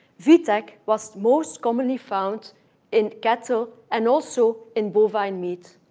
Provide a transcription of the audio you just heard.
vtec was most commonly found in cattle and also in bovine meat.